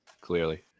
clearly